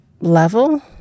level